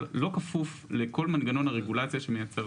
לא כפוף לכל מנגנון הרגולציה שמייצר החוק.